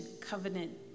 covenant